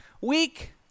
week